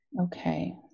Okay